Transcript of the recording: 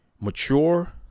mature